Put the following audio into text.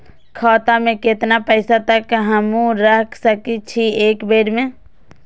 खाता में केतना पैसा तक हमू रख सकी छी एक बेर में?